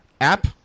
app